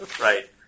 Right